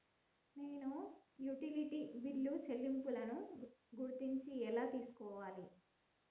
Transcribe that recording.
నేను utility bill చెల్లింపులను గురించి ఎలా తెలుసుకోవాలి?